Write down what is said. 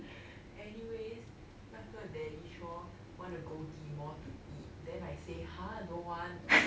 anyways 那个 daddy 说 wanna go ghim moh to eat then I say !huh! don't want